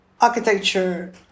architecture